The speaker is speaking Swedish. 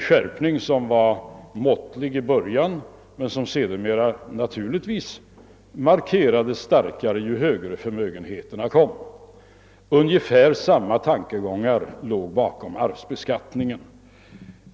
Skärpningen var måttlig i början men markerades givetvis starkare ju större förmögenheterna var. Ungefär samma tankegångar låg bakom arvsbeskattningen.